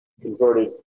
converted